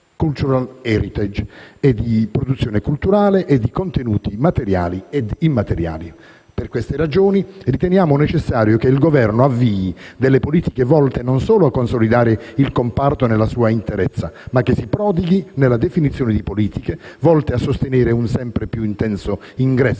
(*cultural heritage*) e di produzione culturale e di contenuti materiali ed immateriali. Per queste ragioni, riteniamo necessario che il Governo avvii delle politiche volte, non solo a consolidare il comparto nella sua interezza, ma che si prodighi nella definizione di politiche volte a sostenere un sempre più intenso ingresso